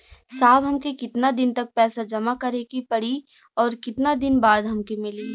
साहब हमके कितना दिन तक पैसा जमा करे के पड़ी और कितना दिन बाद हमके मिली?